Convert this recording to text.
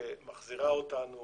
שמחזירה אותנו